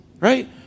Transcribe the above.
right